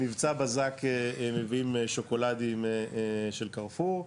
אנחנו במבצע בזק מביאים שוקולדים של 'קרפור',